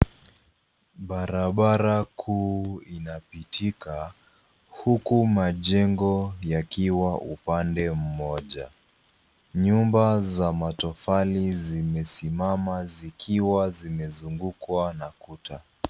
Barabara kuu inapitika huku majengo yakiwa upande moja. Nyumba za matofali zimesimama zikiwa zimezungukwa na kuta.